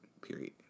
period